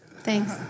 Thanks